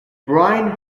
brian